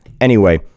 anyway-